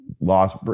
lost